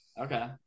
Okay